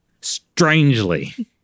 strangely